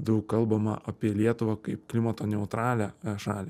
daug kalbama apie lietuvą kaip klimato neutralią šalį